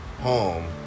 home